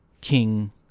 King